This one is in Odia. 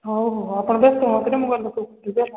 ହଉ ହଉ ଆପଣ ବ୍ୟସ୍ତ ହୁଅନ୍ତୁନି ମୁଁ ଗଲେ ସବୁ କରିଦେବି ହେଲା